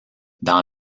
dans